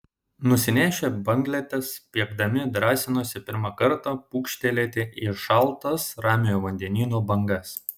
nusinešę banglentes spiegdami drąsinosi pirmą kartą pūkštelėti į šaltas ramiojo vandenyno bangas